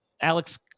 Alex